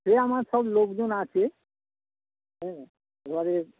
সে আমার সব লোকজন আছে হ্যাঁ এবারে